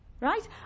Right